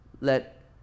Let